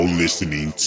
listening